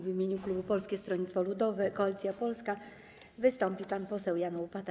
W imieniu klubu Polskie Stronnictwo Ludowe - Koalicja Polska wystąpi pan poseł Jan Łopata.